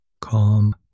Calm